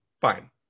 Fine